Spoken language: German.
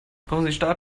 brauchen